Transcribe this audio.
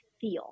feel